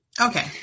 Okay